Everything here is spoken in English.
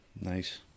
Nice